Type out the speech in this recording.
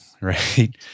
right